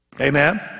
amen